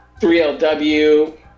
3LW